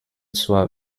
zur